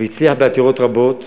הוא הצליח בעתירות רבות.